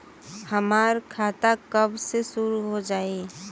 हमार खाता कब से शूरू हो जाई?